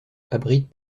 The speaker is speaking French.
abritent